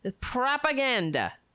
propaganda